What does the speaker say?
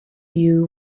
you